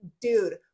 dude